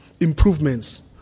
improvements